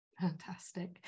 fantastic